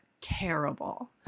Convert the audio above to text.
Terrible